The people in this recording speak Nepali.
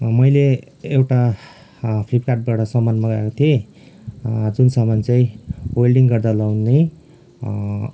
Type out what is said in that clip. मैले एउटा फ्लिपकार्डबाट सामान मगाएको थिएँ जुन सामान चाहिँ वेलडिङ्ग गर्दा लगाउने